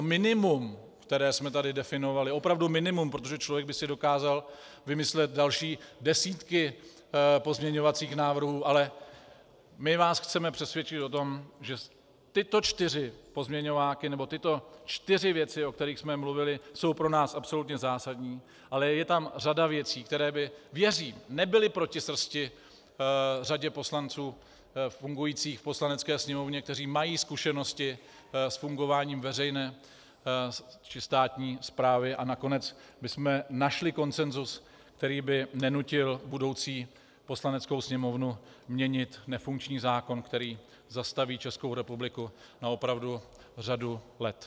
Minimum, které jsme tady definovali, opravdu minimum, protože člověk by si dokázal vymyslet další desítky pozměňovacích návrhů, ale chceme vás přesvědčit o tom, že tyto čtyři pozměňováky, nebo tyto čtyři věci, o kterých jsme mluvili, jsou pro nás absolutně zásadní, ale je tam řada věcí, které by, věřím, nebyly proti srsti řadě poslanců fungujících v Poslanecké sněmovně, kteří mají zkušenosti s fungováním veřejné či státní správy, a nakonec bychom našli konsensus, který by nenutil budoucí Poslaneckou sněmovnu měnit nefunkční zákon, který zastaví Českou republiku na opravdu řadu let.